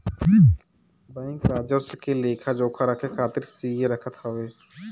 bank राजस्व क लेखा जोखा रखे खातिर सीए रखत हवे